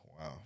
Wow